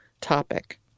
topic